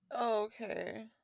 Okay